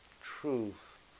truth